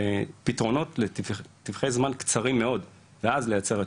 שמייצר את